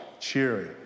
cheering